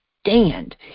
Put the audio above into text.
stand